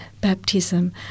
baptism